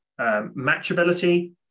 matchability